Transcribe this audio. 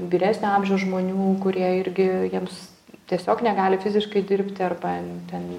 vyresnio amžiaus žmonių kurie irgi jiems tiesiog negali fiziškai dirbti arba ten